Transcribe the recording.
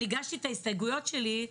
הגשתי את ההסתייגויות שלי,